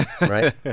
Right